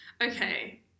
Okay